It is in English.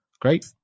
great